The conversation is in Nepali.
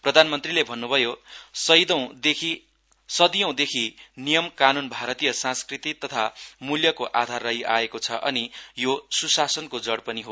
प्रधानमन्त्रीले भन्नुभयो शदीयौं देखि नियम कानून भारतीय संस्कृति तथा मूल्यको आधार रहिआएको छ अनि यो स्शासनको जड़ पनि हो